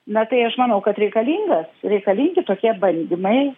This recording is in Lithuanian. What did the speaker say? na tai aš manau kad reikalingas reikalingi tokie bandymai